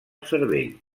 cervell